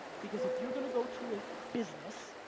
because if you're gonna go to a business,